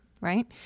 right